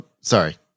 sorry